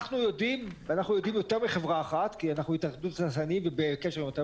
אנחנו יודעים על יותר מחברה אחת כי אנחנו התאחדות התעשיינים ובקשר אתם,